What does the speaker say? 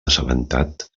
assabentat